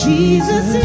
Jesus